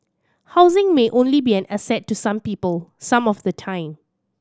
housing may only be an asset to some people some of the time